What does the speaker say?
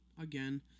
again